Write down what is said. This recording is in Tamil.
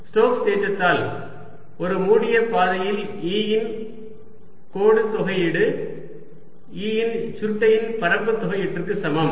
ஸ்டோக்ஸ் தேற்றத்தால் ஒரு மூடிய பாதையில் E இன் கோடு தொகையீடு E இன் சுருட்டையின் பரப்பு தொகையீடுக்கு சமம்